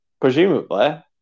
presumably